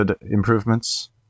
improvements